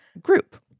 Group